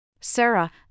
Sarah